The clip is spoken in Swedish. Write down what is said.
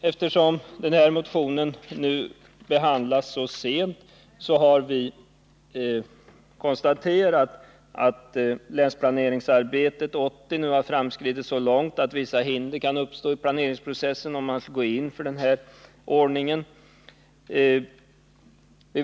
Eftersom motionen behandlats så sent har vi konstaterat att ”länsplanering 1980” nu har framskridit så långt att vissa hinder kan uppstå i planeringsprocessen, om man skulle gå in för den ordning som föreslås i motionen.